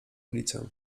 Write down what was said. ulicę